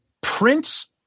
prince